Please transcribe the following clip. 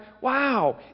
wow